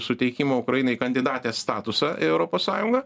suteikimo ukrainai kandidatės statusą į europos sąjungą